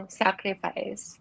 sacrifice